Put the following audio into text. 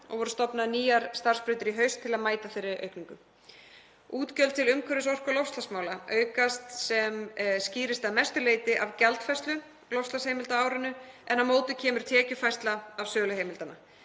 og voru stofnaðar nýjar starfsbrautir í haust til að mæta þeirri aukningu. Útgjöld til umhverfis-, orku- og loftslagsmála aukast sem skýrist að mestu leyti af gjaldfærslu loftslagsheimilda á árinu en á móti kemur tekjufærsla af sölu heimildanna.